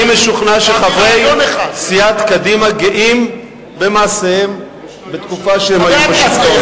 אני משוכנע שחברי סיעת קדימה גאים במעשיהם בתקופה שהם היו בשלטון.